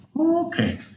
Okay